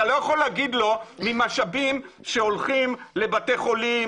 אתה לא יכול להגיד לו ממשאבים שהולכים לבתי חולים,